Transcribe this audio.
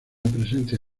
presencia